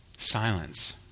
Silence